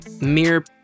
mere